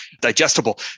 digestible